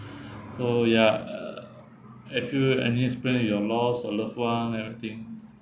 so ya uh have you any experience in your loss or loved [one] anything